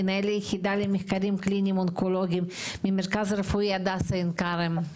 מנהל היחידה למחקרים קליניים אונקולוגים מהמרכז הרפואי הדסה עין כרם.